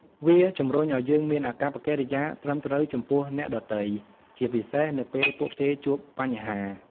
វាជំរុញឱ្យយើងមានអាកប្បកិរិយាត្រឹមត្រូវចំពោះអ្នកដទៃ ជាពិសេសនៅពេលពួកគេជួបបញ្ហា។